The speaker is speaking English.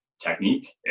technique